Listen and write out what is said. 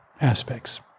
aspects